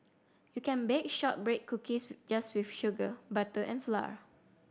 you can bake shortbread cookies just with sugar butter and flour